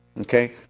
Okay